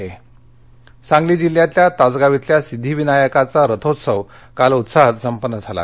सांगली सांगली जिल्ह्यातल्या तासगाव इथल्या सिद्धिविनायकाचा रथोत्सव काल उत्साहात संपन्न झाला